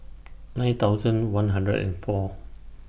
nine thousand one hundred and four